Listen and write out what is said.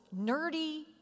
nerdy